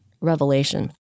revelation